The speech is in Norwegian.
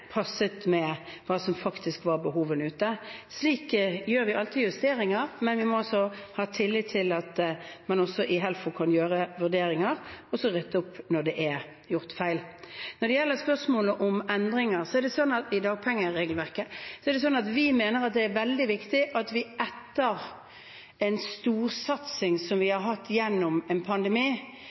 passet med det de faktiske behovene der ute. Slik gjør vi alltid justeringer, men vi må ha tillit til at man også i Helfo kan gjøre vurderinger og rydde opp når det er gjort feil. Når det gjelder spørsmålet om endringer i dagpengeregelverket, mener vi at det er veldig viktig at vi etter en storsatsing, som vi har hatt gjennom en pandemi,